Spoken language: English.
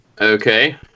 Okay